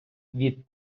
від